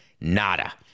Nada